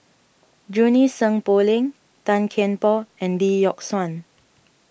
Junie Sng Poh Leng Tan Kian Por and Lee Yock Suan